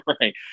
right